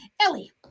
Ellie